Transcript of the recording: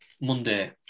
Monday